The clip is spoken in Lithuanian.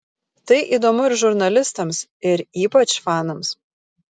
tai įdomu ir žurnalistams ir ypač fanams